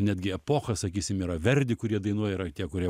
netgi epocha sakysim yra verdi kurie dainuoja yra tie kurie